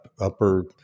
upper